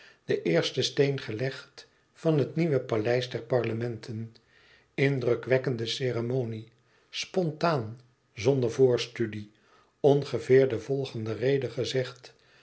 den eersten steen gelegd van het nieuwe paleis der parlementen indrukwekkende ceremonie spontaan zonder voorstudie ongeveer de volgende rede gezegd